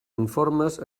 informes